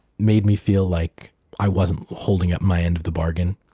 made me feel like i wasn't holding up my end of the bargain,